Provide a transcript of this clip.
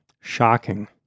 Shocking